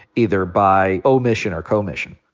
either by omission or commission.